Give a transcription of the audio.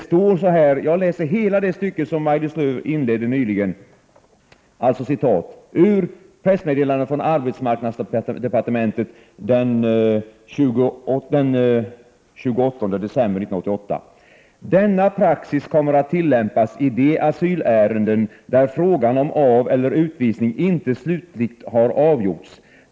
Så här står det i det stycke med vilket Maj-Lis Lööw inledde arbetsmarknadsdepartementets pressmeddelande från den 28 december 1988: ”Denna praxis kommer att tillämpas i de asylärenden där frågan om aveller utvisning inte slutligt har avgjorts.